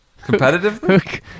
competitively